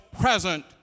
present